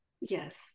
Yes